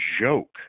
joke